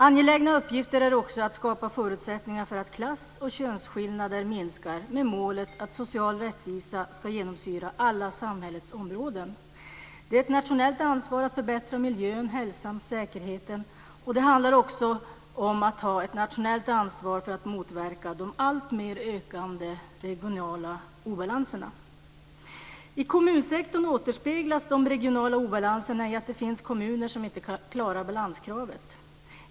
Angelägna uppgifter är också att skapa förutsättningar för att klass och könsskillnader minskar med målet att social rättvisa ska genomsyra alla samhällets områden. Det är ett nationellt ansvar att förbättra miljön, hälsan och säkerheten. Det handlar också om att ta ett nationellt ansvar för att motverka de alltmer ökande regionala obalanserna. I kommunsektorn återspeglas de regionala obalanserna i att det finns kommuner som inte klarar balanskravet.